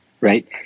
Right